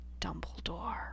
Dumbledore